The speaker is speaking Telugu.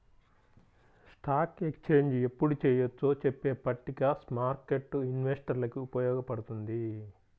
స్టాక్ ఎక్స్చేంజ్ ఎప్పుడు చెయ్యొచ్చో చెప్పే పట్టిక స్మార్కెట్టు ఇన్వెస్టర్లకి ఉపయోగపడుతుంది